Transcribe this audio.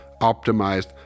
optimized